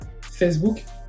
facebook